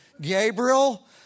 Gabriel